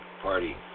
party